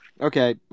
okay